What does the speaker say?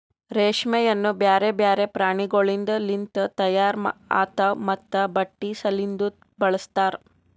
ರೇಷ್ಮೆಯನ್ನು ಬ್ಯಾರೆ ಬ್ಯಾರೆ ಪ್ರಾಣಿಗೊಳಿಂದ್ ಲಿಂತ ತೈಯಾರ್ ಆತಾವ್ ಮತ್ತ ಬಟ್ಟಿ ಸಲಿಂದನು ಬಳಸ್ತಾರ್